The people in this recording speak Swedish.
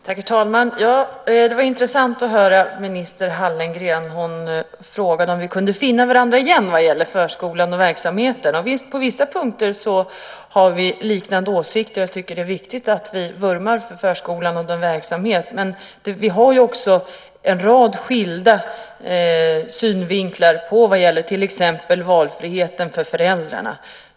Herr talman! Det var intressant att höra statsrådet Hallengren. Hon frågade om vi kunde finna varandra igen vad gäller förskolan och dess verksamhet. Och, visst, på vissa punkt har vi liknande åsikter. Jag tycker att det är viktigt att vi vurmar för förskolan och dess verksamhet. Men vi har också en rad skilda synvinklar vad gäller till exempel valfriheten för föräldrarna.